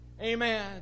Amen